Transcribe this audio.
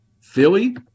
Philly